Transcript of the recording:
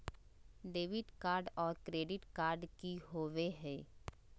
Debit card और credit card की होवे हय?